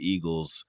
Eagles